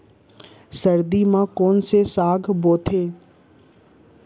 सर्दी मा कोन से साग बोथे?